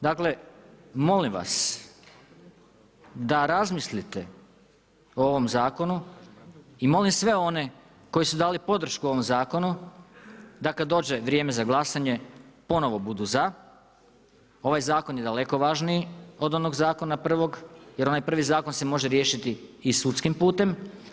Dakle, molim vas da razmislite o ovom zakonu i molim sve one koji su dali podršku ovom zakonu da kad dođe vrijeme za glasanje, ponovno budu za, ovaj zakon je daleko važniji od onog zakona prvog jer onaj prvi zakon se može riješiti i sudskim putem.